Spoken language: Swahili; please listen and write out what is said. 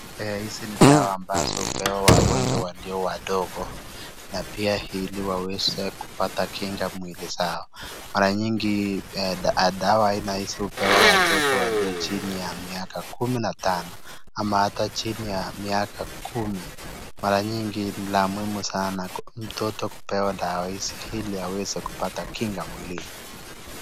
Hizi ni dawa ambazo hupewa wagonjwa walio wadogo na pia ili waweze kupata kinga mwilini zao. Mara nyingi hizi dawa hupewa watoto walio chini ya miaka kumi na tano ama ata chini ya miaka kumi. Mara nyingi ni la muhimu sana mtoto kupewa dawa hizi ili aweze kupata kinga mwilini.